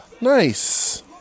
Nice